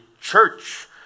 church